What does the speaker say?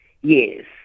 Yes